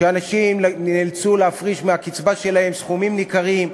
שאנשים נאלצו להפריש מקצבה שלהם סכומים ניכרים,